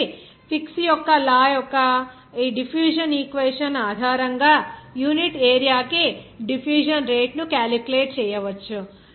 కాబట్టి ఫిక్స్ యొక్క లా యొక్క డిఫ్యూషన్ ఈక్వేషన్ ఆధారంగా యూనిట్ ఏరియా కి డిఫ్యూషన్ రేటును క్యాలిక్యులేట్ చేయవచ్చు